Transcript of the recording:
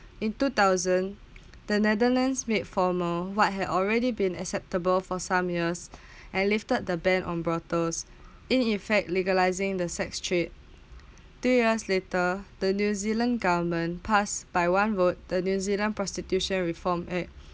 in two thousands the Netherlands made formal what had already been acceptable for some years and lifted the ban on brothels in effect legalising the sex trip two years later the new Zealand government passed by one vote the new zealand prostitution reformed eh